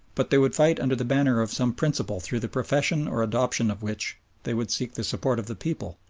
but they would fight under the banner of some principle through the profession or adoption of which they would seek the support of the people,